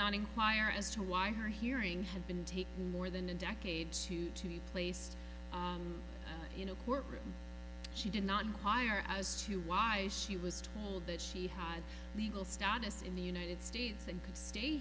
not inquire as to why her hearing had been taken more than a decade to to be placed in a courtroom she did not inquire as to why she was told that she had legal status in the united states and could stay